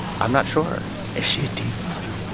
i'm not sure is she a diva?